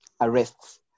Arrests